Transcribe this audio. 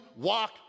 walk